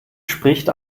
spricht